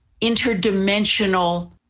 interdimensional